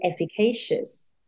efficacious